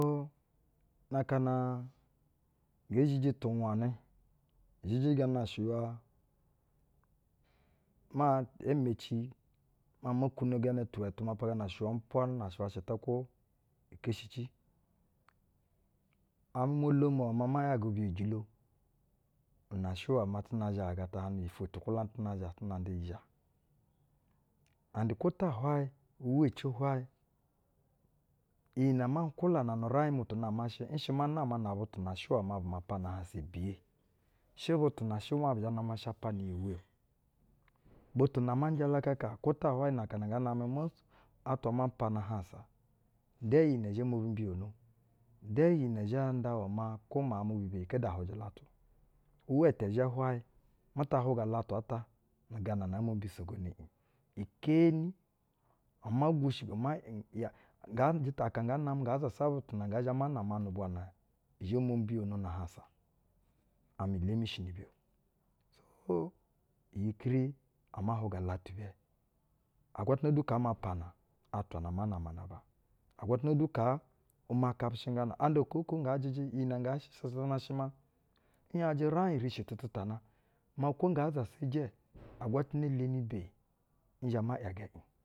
Na aka na nge zhiji tu wanɛ, izhiji gana shɛywa, maa, ee meci, maa mo kwuno gana ti iwɛ tumapa izhiji- gana shɛywa umpwa-na-shɛba-shɛ-ta, kwo i keshici. Amɛ mo-olomo iwɛ maa ma iyaga biyejilo. Una shɛ iwɛ maa tuna zhagaga tahaŋnu no-ofwo tu kwulonɛ tɛ na zha tɛ nan da iyi zhaaŋ. Nugana ata, kwo ta hwayɛ uwa ici hwayɛ, iyi nɛ ma nkwulana nu uraiŋ mu tu nama shɛ, nshɛ ma nama nab utu na shɛ iwɛ maa bu ma mpana ahaŋsa biye. shɛ butu na shɛ maa, bi zhɛ na ma shapa ni-yi iwɛ o. Butu na ama jalakaka kwo ta hwayɛ na aka na nga namɛ. Mos, atwa ma mpana-ahaŋsa, nda iyi nɛ zhɛ mob u mbiyono. Nda iyi nɛ zhɛ nda iwɛ. Maa kwo miauŋ mu bu kede-ahwujɛ ulatu. Uwa tɛ zhɛ hwayɛ, mu ta hwuga ulatu ata nu gana-oo mo mbisogono iŋ. Ikeeni omo gushigo, ma in, ya, nga njɛ ta aka nga namɛ nga zasa butu na ngɛ zhɛ ma nama nu-ubwa na zhɛ mo-mbiyono na-ahaŋsa amɛ nlemi shi ni-ibɛ o. Nu gana ata, iyi kiri ama hwuga latu ibɛ. Agwatana du kaa ma mpana atwa na ama nama na aba. Agwatana du kaa ma kapɛshɛŋgana, anda aka oko nga jɛjɛ, iyi nɛ nga shɛ sasana shɛ maa, n ‘yajɛ uraiŋ rishe tɛtɛtana maa kwo nga zasa ijɛ, agwatana leni beyi.